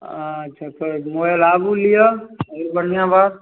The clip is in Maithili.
अच्छा मोबाइल आबू लिअऽ बढ़िआँ बात